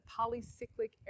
polycyclic